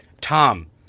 Tom